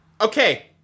Okay